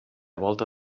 volta